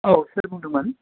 औ सोर बुंदोंमोन